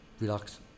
relax